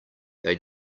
they